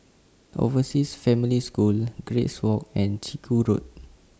Overseas Family School Grace Walk and Chiku Road